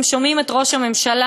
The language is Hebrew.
הם שומעים את ראש הממשלה,